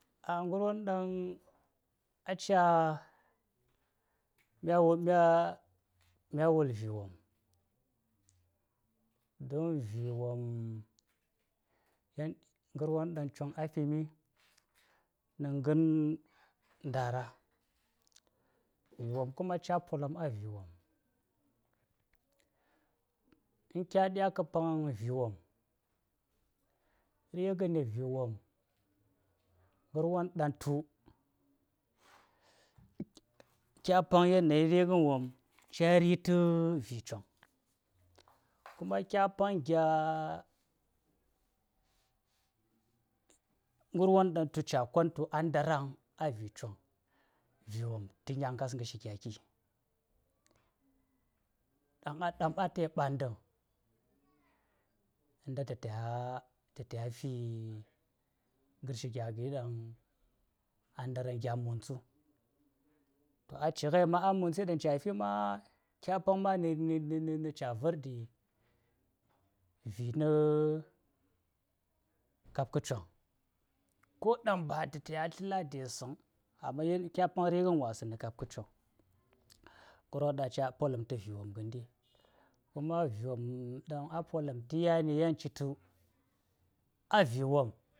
Ngarwon ɗan aca myan ma ɗya mya wul viwom don viwom na ngarwon ɗaŋ Chong a fi mina ngeŋ ndara, viwom kuma ca polamngha viwom. In kya ɗya ka paŋni viwom, yan de na viwom, ngarwon ɗaŋ tu kya paŋ yanayi righan wom, ka yel yi tavi chong Kuma kya paŋ gya ngarwon ɗaŋ tu ca kon tu a ndara vaŋ a viwong, ka nyaŋgas ngarshi gyagi Amma ɗaŋ a ta yi ɓaŋɗaŋ, nda ma ta yama ta ya fi ngarshi gyagi ɗaŋ a ndara vaŋ, gya mupmtsa, a cighes ma̱;a mumptsa cayi fi ma, capaŋ mami gh mari caɓor di, vigh kab ka Chong ko ɗaŋ ba ta ta ya sla lades vaŋ, amma kya paŋ righan wasaŋ na kab ka Chong. Ngarwon ɗaŋ ca polam ta viwom nɗi kuma viwom ɗaŋ a polam ta yani yan ciyi tu a viwom.